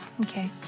Okay